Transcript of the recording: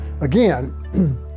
again